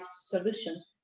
solutions